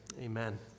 amen